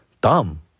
dumb